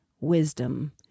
wisdom